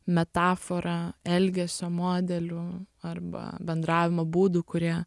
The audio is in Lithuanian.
metafora elgesio modelių arba bendravimo būdų kurie